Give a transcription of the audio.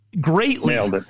greatly